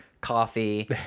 coffee